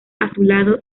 azulado